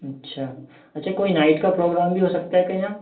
अच्छा अच्छा कोई नाइट का प्रोग्राम भी हो सकता है क्या यहाँ